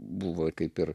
buvo kaip ir